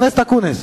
חבר הכנסת אקוניס,